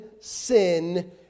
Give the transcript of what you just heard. sin